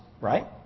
Right